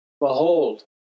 Behold